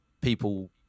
people